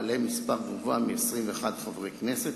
בעלות מספר גבוה מ-21 חברי כנסת,